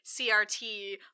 crt